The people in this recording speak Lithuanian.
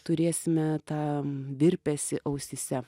turėsime tą virpesį ausyse